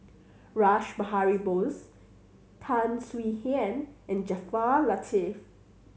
Rash Behari Bose Tan Swie Hian and Jaafar Latiff